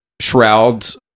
shrouds